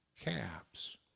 caps